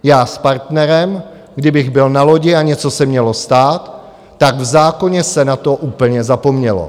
Já s partnerem, kdybych byl na lodi a něco se mělo stát, tak v zákoně se na to úplně zapomnělo.